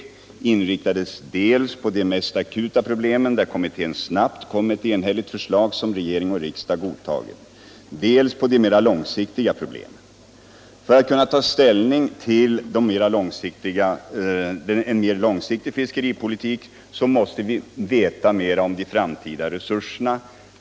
Dels inriktades det på de mest akuta problemen där kommittén snabbt kom med ett enhälligt förslag som regering och riksdag godtagit, dels på de mera långsiktiga problemen. För att kunna ta ställning till en mer långsiktig fiskeripolitik måste vi veta mera om de framtida resurserna.